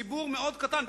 ציבור מאוד קטן.